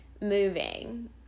moving